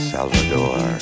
Salvador